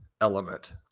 element